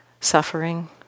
suffering